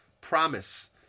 promise